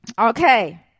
Okay